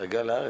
להגיע לארץ,